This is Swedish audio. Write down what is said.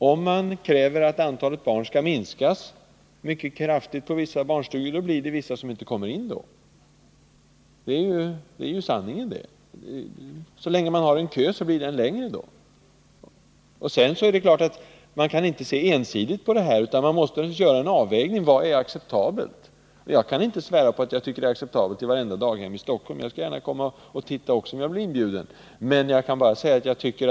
Om man kräver att antalet barn på vissa barnstugor skall minskas kraftigt, blir det en del barn som inte får plats. Så länge vi har en kö blir denna kö då längre än om barnen tas in. Det är klart att man inte kan se ensidigt på detta utan måste göra en avvägning. Jag kan inte svära på att jag tycker att man har gjort rätt i vartenda daghem i Stockholm. Om jag blir inbjuden kommer jag gärna och tittar.